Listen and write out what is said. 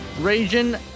Region